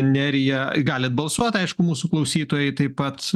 nerija galit balsuot aišku mūsų klausytojai taip pat